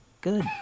good